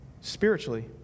spiritually